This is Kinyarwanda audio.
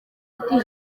ati